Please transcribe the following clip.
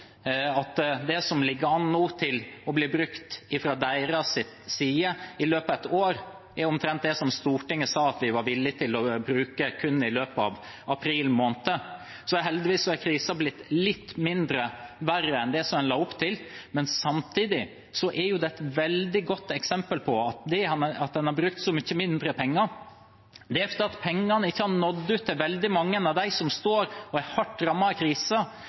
at det som nå ligger an til å bli brukt fra deres side i løpet av et år, er omtrent det Stortinget sa at vi var villige til å bruke i løpet av kun april måned. Krisen har heldigvis blitt litt mindre ille enn en la opp til, men samtidig er dette et veldig godt eksempel. Når en har brukt så mye mindre penger, er det for at pengene ikke har nådd ut til veldig mange av dem som er hardt rammet av krisen, både arbeidsfolk og bedrifter som vi trenger i